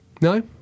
No